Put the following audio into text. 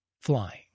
Flying